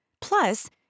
Plus